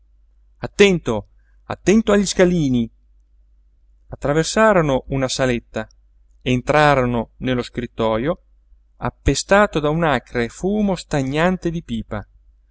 attento attento agli scalini attraversarono una saletta entrarono nello scrittojo appestato da un acre fumo stagnante di pipa